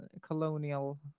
colonial